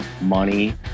money